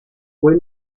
fue